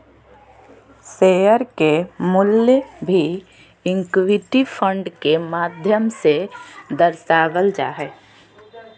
share के मूल्य भी इक्विटी फंड के माध्यम से दर्शावल जा हय